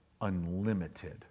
unlimited